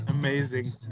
amazing